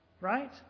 Right